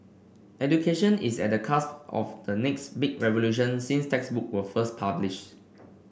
education is at cusp of the next big revolution since textbook were first published